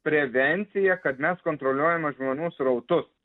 prevencija kad mes kontroliuojame žmonių srautus